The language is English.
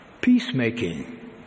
Peacemaking